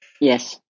Yes